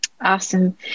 Awesome